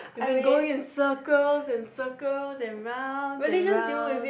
we've been going in circles and circles and rounds and rounds